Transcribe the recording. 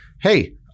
Hey